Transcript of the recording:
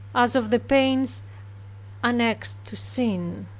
as of the pains annexed to sin.